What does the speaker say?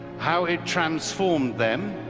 how it transformed them